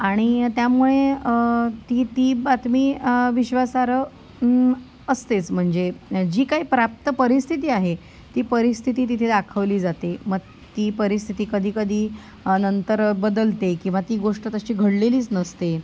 आणि त्यामुळे ती ती बातमी विश्वासार्ह असतेच म्हणजे जी काही प्राप्त परिस्थिती आहे ती परिस्थिती तिथे दाखवली जाते मग ती परिस्थिती कधीकधी नंतर बदलते किंवा ती गोष्ट तशी घडलेलीच नसते